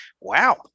wow